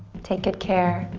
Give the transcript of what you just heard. take good care.